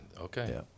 Okay